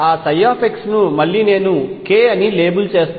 ఆ ψ ను మళ్లీ నేను k అని లేబుల్ చేస్తాను